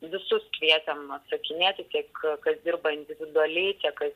visus kvietėm atsakinėti tiek kas dirba individualiai tie kas